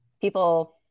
people